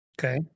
Okay